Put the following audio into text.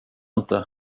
inte